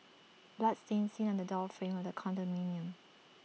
blood stain seen on the door frame of the condominium